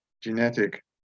genetic